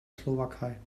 slowakei